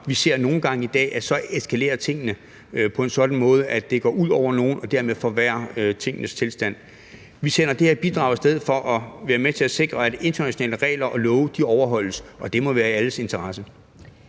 vi ser nogle gange i dag, at så eskalerer tingene på en sådan måde, at det går ud over nogle og dermed forværrer tingenes tilstand. Vi sender det her bidrag af sted for at være med til at sikre, at internationale regler og love overholdes, og det må være i alles interesse.